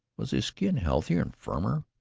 was his skin healthier and firmer,